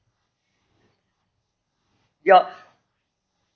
your